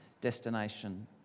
destination